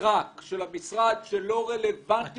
סרק של המשרד, שלא רלוונטיות לחוק.